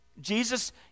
Jesus